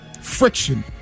friction